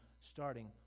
starting